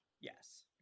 Yes